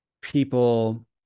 people